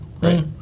right